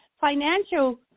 financial